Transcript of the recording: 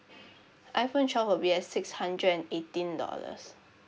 iphone twelve will be at six hundred and eighteen dollars